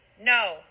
No